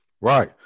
Right